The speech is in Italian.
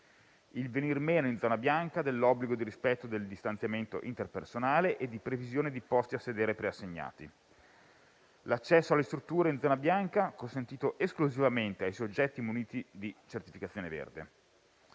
il venir meno in zona bianca dell'obbligo di rispetto del distanziamento interpersonale e di previsione di posti a sedere preassegnati. L'accesso alle strutture in zona bianca è consentito esclusivamente ai soggetti muniti di certificazione verde;